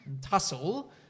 tussle